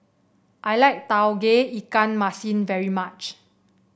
I like Tauge Ikan Masin very much